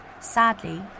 Sadly